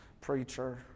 preacher